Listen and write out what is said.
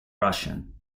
russian